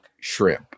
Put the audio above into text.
shrimp